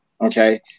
Okay